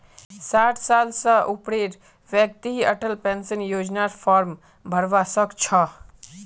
साठ साल स ऊपरेर व्यक्ति ही अटल पेन्शन योजनार फार्म भरवा सक छह